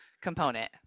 component